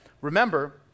remember